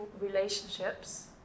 relationships